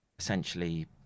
Essentially